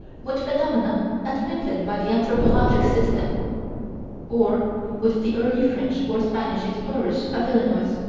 with phenomena admitted by the anthropologic system or with the early french or spanish explorers of illinois.